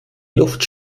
luft